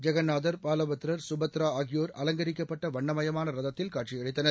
ஜெகந்நாதர் பாலபத்திரர் சுபத்ரா ஆகியோர் அலங்கரிக்கப்பட்ட வண்ணமயமான ரதத்தில் காட்சியளித்தனர்